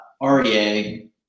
REA